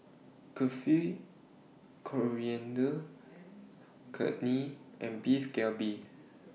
Kulfi Coriander and Beef Galbi